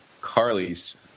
Carly's